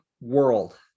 world